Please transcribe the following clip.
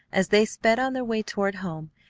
as they sped on their way toward home,